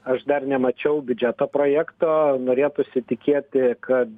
aš dar nemačiau biudžeto projekto norėtųsi tikėti kad